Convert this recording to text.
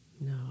No